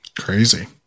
Crazy